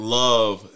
love